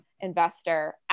investor